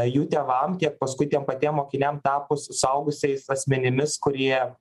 jų tėvam tiek paskui tiems patiem mokiniam tapus suaugusiais asmenimis kurie